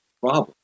problem